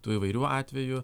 tų įvairių atvejų